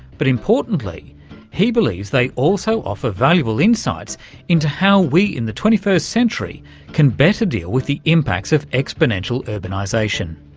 but importantly he believes they also offer valuable insights into how we in the twenty first century can better deal with the impacts of exponential urbanisation.